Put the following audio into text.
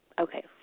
Okay